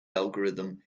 algorithm